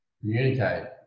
Communicate